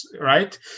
right